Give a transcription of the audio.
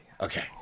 Okay